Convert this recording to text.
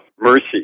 Mercy